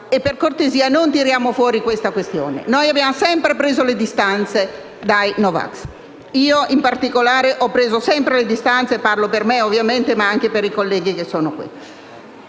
per cortesia non tiriamo fuori tale questione. Noi abbiamo sempre preso le distanze dai no vax. Io in particolare ho preso sempre le distanze, parlo per me ovviamente ma anche per i miei colleghi.